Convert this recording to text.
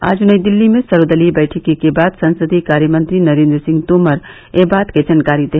आज नई दिल्ली में सर्वदलीय बैठक के बाद संसदीय कार्य मंत्री नरेन्द्र सिंह तोमर ने यह जानकारी दी